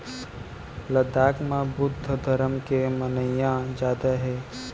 लद्दाख म बुद्ध धरम के मनइया जादा हे